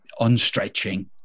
unstretching